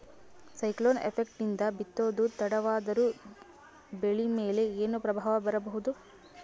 Cyclone effect ನಿಂದ ಬಿತ್ತೋದು ತಡವಾದರೂ ಬೆಳಿ ಮೇಲೆ ಏನು ಪ್ರಭಾವ ಬೀರಬಹುದು?